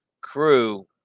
crew